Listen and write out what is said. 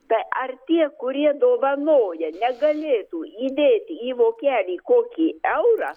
tai ar tie kurie dovanoja negalėtų įdėti į vokelį kokį eurą